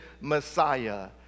Messiah